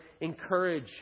encourage